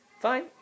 Fine